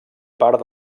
part